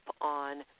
on